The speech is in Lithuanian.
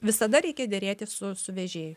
visada reikia derėtis su su vežėju